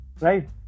Right